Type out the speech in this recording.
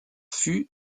fut